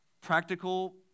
practical